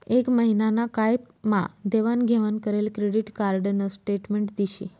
एक महिना ना काय मा देवाण घेवाण करेल क्रेडिट कार्ड न स्टेटमेंट दिशी